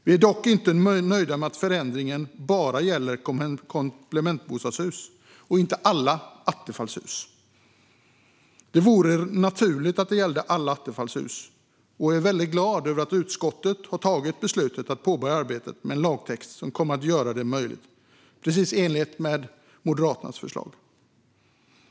Vi är dock inte nöjda med att förändringen bara gäller komplementbostadshus och inte alla attefallshus. Det vore naturligt att det gällde alla attefallshus, och jag är glad att utskottet har tagit beslutet att påbörja arbetet med en lagtext som kommer att göra det möjligt, i enlighet med Moderaternas förslag.